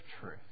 truth